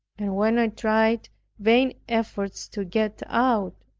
and when i tried vain efforts to get out,